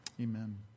Amen